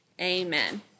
amen